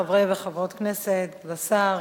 חברי וחברות כנסת וכבוד השר,